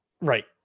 right